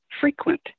frequent